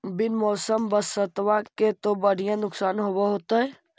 बिन मौसम बरसतबा से तो बढ़िया नुक्सान होब होतै?